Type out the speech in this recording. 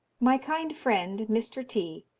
my kind friend, mr. t,